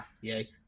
yay